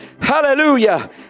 Hallelujah